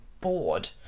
bored